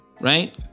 right